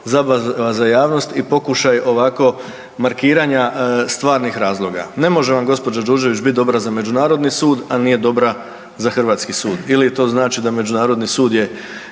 zabava za javnost i pokušaj ovako markiranja stvarnih razloga. Ne može vam gospođa Đurđević bit dobra za Međunarodni sud, a nije dobra za hrvatski sud ili to znači da Međunarodni sud je